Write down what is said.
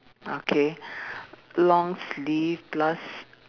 okay long sleeveless